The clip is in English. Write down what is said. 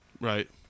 Right